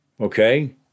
okay